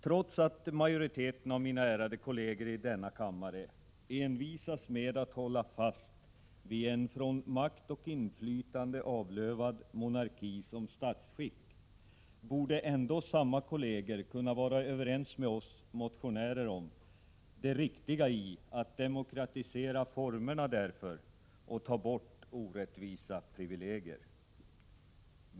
Trots att majoriteten av mina ärade kolleger i denna kammare envisas med att hålla fast vid en från makt och inflytande avlövad monarki som statsskick, borde ändå samma kolleger kunna vara överens med oss motionärer om det riktiga i att demokratisera formerna härför och ta bort orättvisa privilegier.